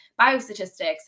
biostatistics